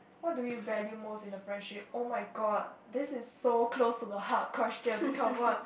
what do you value most in the friendship oh-my-god this is so close to the heart question become what